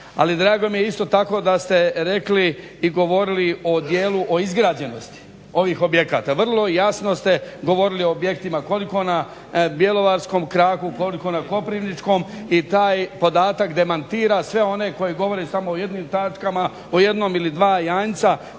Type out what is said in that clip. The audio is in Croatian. Ali drago mi je isto tako da ste rekli i govorili o dijelu o izgrađenosti ovih objekata. Vrlo jasno ste govorili o objektima koliko na bjelovarskom kraku, koliko na koprivničkom i taj podatak demantira sve one koji govore samo o jednim tačkama, o jednom ili dva janjca.